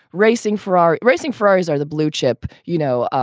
racing ferrari. racing for ours are the blue chip you know,